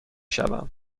شوم